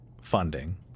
funding